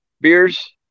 beers